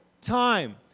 time